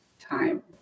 time